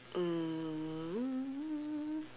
mm